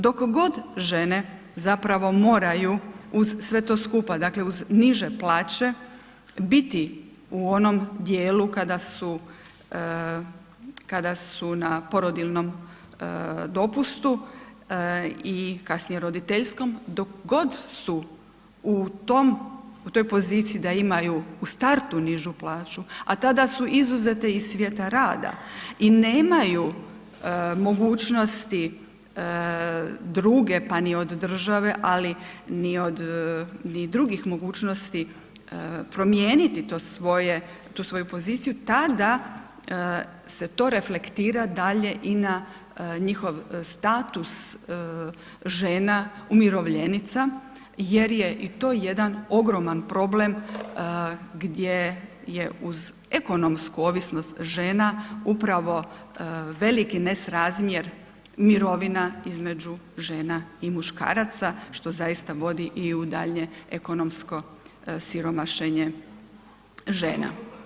Dok god žene zapravo moraju uz sve to skupa, dakle uz niže plaće biti u onom dijelu kada su, kada su na porodiljnom dopustu i kasnije roditeljskom, dok god su u tom, u toj poziciji da imaju u startu nižu plaću, a tada su izuzete iz svijeta rada, i nemaju mogućnosti druge pa ni od države, ali ni od drugih mogućnosti promijeniti to svoje, tu svoju poziciju, tada se to reflektira dalje i na njihov status žena umirovljenica, jer je i to jedan ogroman problem gdje je uz ekonomsku ovisnost žena upravo veliki nesrazmjer mirovina između žena i muškaraca, što zaista vodi i u daljnje ekonomsko siromašenje žena.